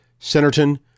Centerton